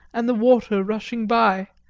and the water rushing by.